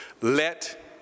Let